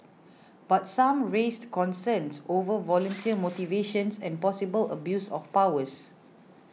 but some raised concerns over volunteer motivations and possible abuse of powers